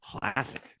Classic